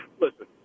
listen